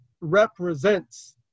represents